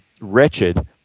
wretched